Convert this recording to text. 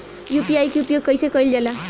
UPI के उपयोग कइसे कइल जाला?